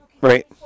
right